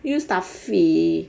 very stuffy